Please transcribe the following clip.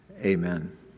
Amen